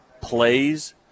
plays